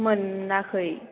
मोनाखै